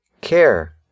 care